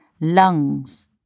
Lungs